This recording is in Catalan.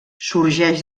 sorgeix